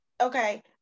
Okay